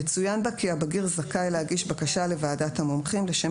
יצוין בה כי הבגיר זכאי להגיש בקשה לוועדת המומחים לשם